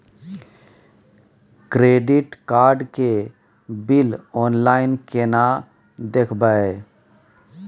Credit card के bill online केना देखबय?